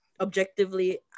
objectively